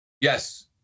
yes